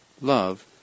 love